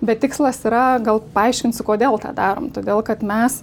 bet tikslas yra gal paaiškinsiu kodėl tą darom todėl kad mes